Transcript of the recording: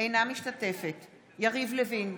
אינה משתתפת בהצבעה יריב לוין,